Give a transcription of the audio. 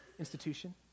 institution